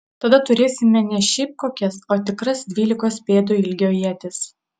tada turėsime ne šiaip kokias o tikras dvylikos pėdų ilgio ietis